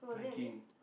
hiking